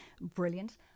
brilliant